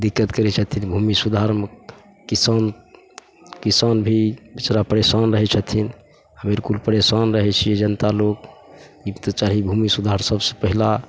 दिक्कत करै छथिन भूमि सुधारमे किसान किसान भी बेचारा परेशान रहै छथिन हमे कुल परेशान रहै छी जनता लोक ई तऽ चाही भूमि सुधार सबसे पहिला